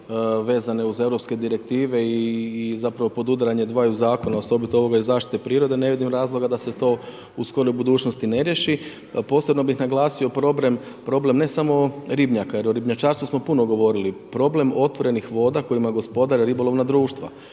vezane uz europske direktive i zapravo podudaranje dvaju zakona osobito ovom iz zaštite prirode ne vidim razloga da se to u skoroj budućnosti ne riješi. Posebno bih naglasio problem ne samo ribnjaka jer o ribnjačarstvu smo puno govori, problem otvorenih voda kojima gospodare ribolovna društva,